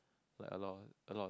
like a lot a lot